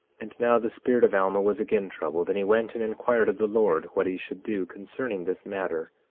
and now the spirit of alma was again troubled and he went and inquired of the lord what he should do concerning this matter,